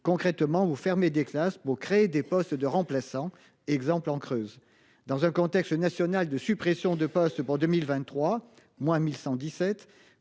Concrètement vous fermer des classes pour créer des postes de remplaçants. Exemple en Creuse dans un contexte national de suppressions de postes pour 2023 moins 1117